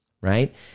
Right